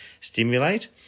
stimulate